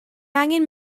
angen